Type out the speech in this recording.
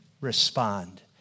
respond